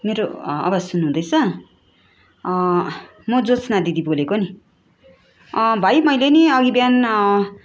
मेरो आवाज सुन्नु हुँदैछ म ज्योत्सना दिदी बोलेको नि भाइ मैले नि अघि बिहान